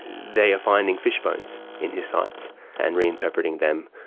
they are finding fish bones in his sites and reinterpreting them,